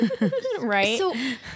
Right